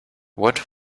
what